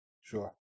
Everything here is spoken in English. Sure